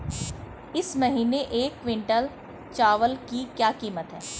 इस महीने एक क्विंटल चावल की क्या कीमत है?